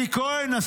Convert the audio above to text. אלי כהן,